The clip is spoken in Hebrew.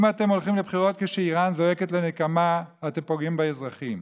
אם אתם הולכים לבחירות כשאיראן זועקת לנקמה אתם פוגעים באזרחים,